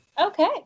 Okay